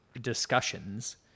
discussions